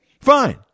fine